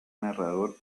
narrador